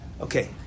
Okay